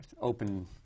open